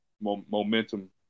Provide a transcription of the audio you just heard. momentum